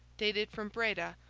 dated from breda,